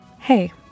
Hey